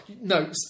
No